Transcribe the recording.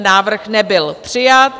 Návrh nebyl přijat.